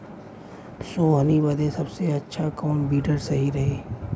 सोहनी बदे सबसे अच्छा कौन वीडर सही रही?